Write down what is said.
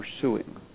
pursuing